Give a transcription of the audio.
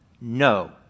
No